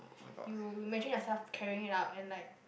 you imagine yourself carrying it out and like